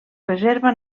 reserva